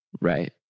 right